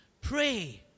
pray